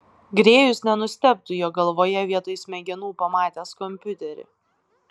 grėjus nenustebtų jo galvoje vietoj smegenų pamatęs kompiuterį